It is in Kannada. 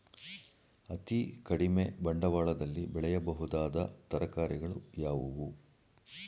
ಅತೀ ಕಡಿಮೆ ಬಂಡವಾಳದಲ್ಲಿ ಬೆಳೆಯಬಹುದಾದ ತರಕಾರಿಗಳು ಯಾವುವು?